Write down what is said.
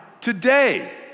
Today